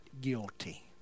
guilty